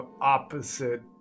opposite